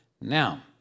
Now